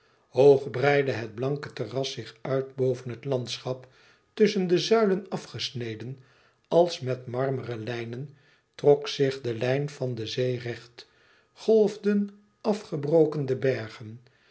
hoog breidde het blanke terras zich uit boven het landschap tusschen de zuilen afgesneden als met marmeren lijnen trok zich de lijn van de zee recht golfden afgebroken debergen